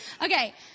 Okay